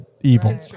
evil